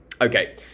Okay